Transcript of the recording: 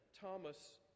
Thomas